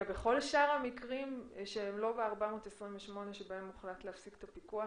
בכל שאר המקרים שהם לא ב-428 שבהם הוחלט להפסיק את הפיקוח,